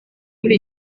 muri